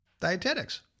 dietetics